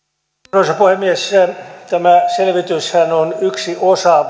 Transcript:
arvoisa puhemies tämä selvityshän on yksi osa